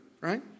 right